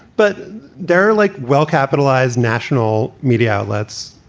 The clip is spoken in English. but they're like well-capitalized national media outlets,